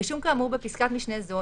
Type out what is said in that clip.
רישום כאמור בפסקת משנה זו,